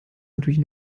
natürlich